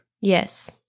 Yes